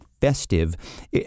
festive